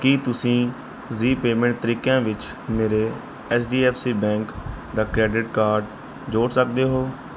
ਕੀ ਤੁਸੀਂਂ ਜ਼ੀ ਪੇਮੈਂਟ ਤਰੀਕਿਆਂ ਵਿੱਚ ਮੇਰੇ H D F C bank ਦਾ ਕਰੈਡਿਟ ਕਾਰਡ ਜੋੜ ਸਕਦੇ ਹੋ